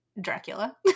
dracula